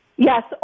Yes